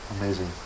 amazing